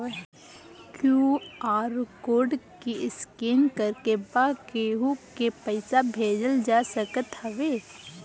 QR code के scan करके बा केहू के पईसा भेजल जा सकत हवे